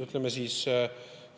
ütleme siis,